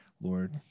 Lord